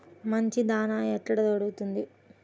మంచి దాణా ఎక్కడ దొరుకుతుంది?